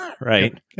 Right